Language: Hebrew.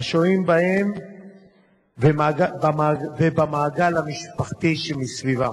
השוהים בהם ולמעגל המשפחתי שמסביבם.